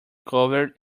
covered